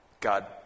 God